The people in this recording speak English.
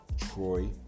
Troy